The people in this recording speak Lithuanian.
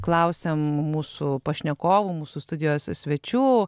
klausiam mūsų pašnekovų mūsų studijos svečių